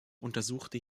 untersuchte